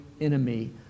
enemy